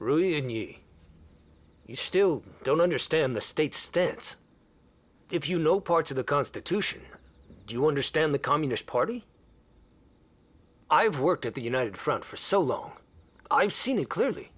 ou still don't understand the state stance if you know parts of the constitution do you understand the communist party i've worked at the united front for so long i've seen it clearly